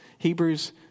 Hebrews